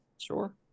Sure